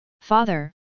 Father